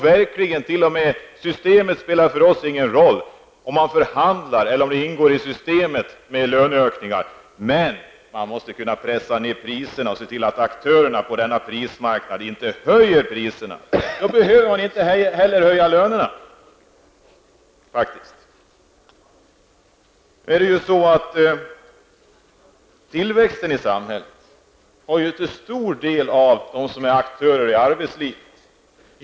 Det spelar ingen roll för oss om man förhandlar eller om löneökningarna ingår i systemet, men vi måste pressa priserna och se till att aktörerna på denna prismarknad inte höjer priserna. Då behöver man faktiskt inte heller höja lönerna. Tillväxten i samhället beror till stor del på aktörerna i arbetslivet.